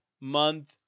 month